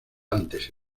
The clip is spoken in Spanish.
antes